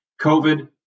covid